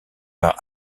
par